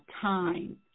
time